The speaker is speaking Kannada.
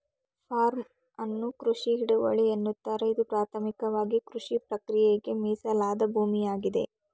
ಫಾರ್ಮ್ ಅನ್ನು ಕೃಷಿ ಹಿಡುವಳಿ ಎನ್ನುತ್ತಾರೆ ಇದು ಪ್ರಾಥಮಿಕವಾಗಿಕೃಷಿಪ್ರಕ್ರಿಯೆಗೆ ಮೀಸಲಾದ ಭೂಮಿಯಾಗಿದೆ